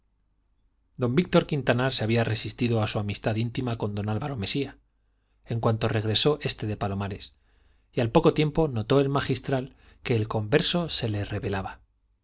don víctor quintanar se había restituido a su amistad íntima con don álvaro mesía en cuanto regresó este de palomares y al poco tiempo notó el magistral que el converso se le rebelaba